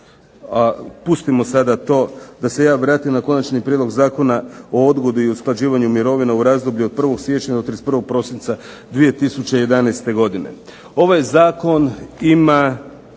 A pustimo sada to. Da se ja vratim sada na Konačni prijedlog Zakona o odgodi i usklađivanju mirovine u razdoblju od 1. siječnja do 31. prosinca 2011. godine. Ovaj zakon ima